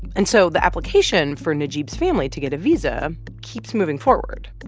and so the application for najeeb's family to get a visa keeps moving forward.